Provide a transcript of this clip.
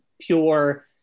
pure